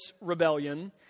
rebellion